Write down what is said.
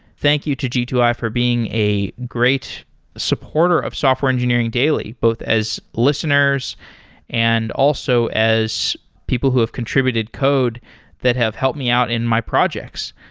thank you to g two i for being a great supporter of software engineering daily both as lis teners and also as people who have contr ibuted code that have helped me out in my projects.